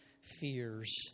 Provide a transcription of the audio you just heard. fears